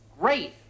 Great